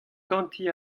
ganti